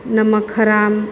નમક હરામ